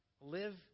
Live